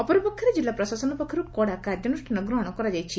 ଅପରପକ୍ଷରେ ଜିଲ୍ଲା ପ୍ରଶାସନ ପକ୍ଷରୁ କଡ଼ା କାର୍ଯ୍ୟାନୁଷାନ ଗ୍ରହଶ କରାଯାଇଛି